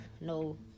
no